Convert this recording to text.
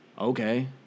Okay